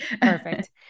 Perfect